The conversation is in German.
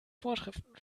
vorschriften